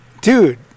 dude